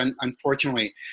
unfortunately